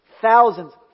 thousands